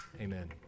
Amen